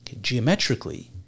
geometrically